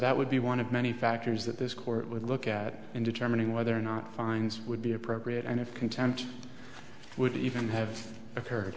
that would be one of many factors that this court would look at in determining whether or not fines would be appropriate and if content would even have occurred